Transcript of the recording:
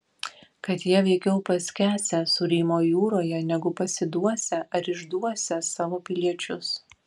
kad jie veikiau paskęsią sūrymo jūroje negu pasiduosią ar išduosią savo piliečius